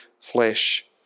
flesh